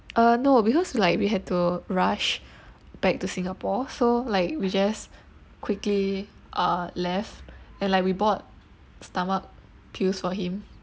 uh no because like we had to rush back to singapore so like we just quickly uh left and like we bought stomach pills for him